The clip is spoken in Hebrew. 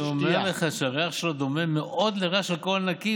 אז אני אומר לך שהריח שלו דומה מאוד לריח של אלכוהול נקי,